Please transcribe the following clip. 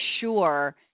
sure